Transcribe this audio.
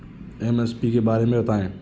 MSP के बारे में बतायें?